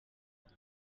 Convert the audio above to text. gusa